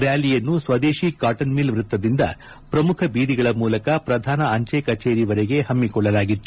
ರ್ತಾಲಿಯನ್ನು Swadeshi cotton mill ವೃತ್ತದಿಂದ ಪ್ರಮುಖ ಬೀದಿಗಳ ಮೂಲಕ ಪ್ರಧಾನ ಅಂಚೆ ಕಚೇರಿವರೆಗೆ ಹಮ್ಮಿಕೊಳ್ಳಲಾಗಿತ್ತು